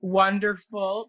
wonderful